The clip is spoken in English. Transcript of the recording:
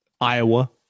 Iowa